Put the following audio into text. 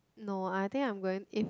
no I think I'm going eh